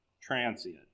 transient